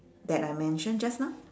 that I mention just now